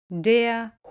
Der